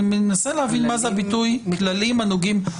אני מנסה להבין מה זה הביטוי "כללים הנוגעים לאבטחת מידע",